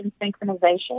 synchronization